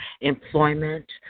employment